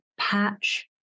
patch